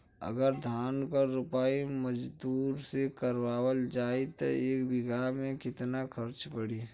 अगर धान क रोपाई मजदूर से करावल जाई त एक बिघा में कितना खर्च पड़ी?